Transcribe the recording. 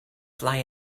fly